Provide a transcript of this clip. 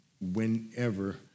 Whenever